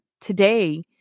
today